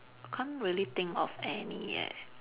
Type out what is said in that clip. can't really think of any eh